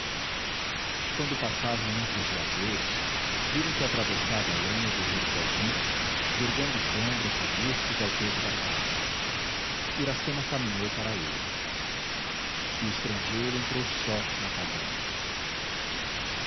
quando passavam entre os juazeiros viram que atravessava além o guerreiro caubi vergando os ombros robustos ao peso da caça iracema caminhou para ele o estrangeiro entrou só na cabana